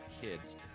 kids